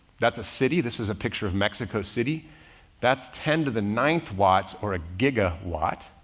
that's a city. this is a picture of mexico city that's ten to the ninth watts or a gigawatt,